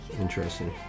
interesting